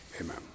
Amen